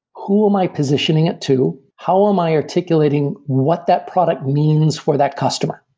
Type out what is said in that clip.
who am i positioning it to? how am i articulating what that product means for that customer?